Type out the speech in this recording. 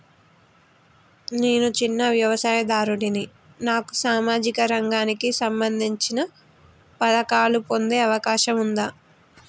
నేను చిన్న వ్యవసాయదారుడిని నాకు సామాజిక రంగానికి సంబంధించిన పథకాలు పొందే అవకాశం ఉందా?